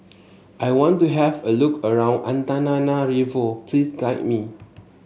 I want to have a look around Antananarivo please guide me